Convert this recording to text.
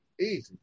easy